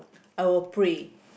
I will pray